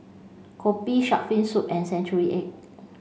Kopi Shark Fin Soup and Century Egg